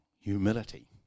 humility